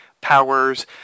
powers